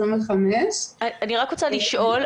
אני רק רוצה לשאול,